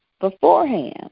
beforehand